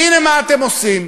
והנה, מה אתם עושים,